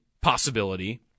possibility